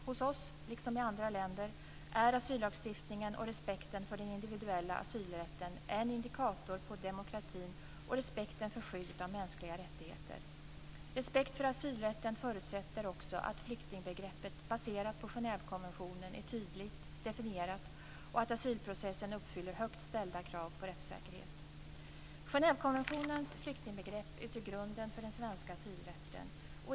Hos oss, liksom i andra länder, är asyllagstiftningen och respekten för den individuella asylrätten en indikator på demokratin och respekten för skyddet av mänskliga rättigheter. Respekt för asylrätten förutsätter också att flyktingbegreppet baserat på Genèvekonventionen är tydligt definierat och att asylprocessen uppfyller högt ställda krav på rättssäkerhet. Genèvekonventionens flyktingbegrepp utgör grunden för den svenska asylrätten.